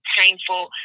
painful